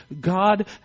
God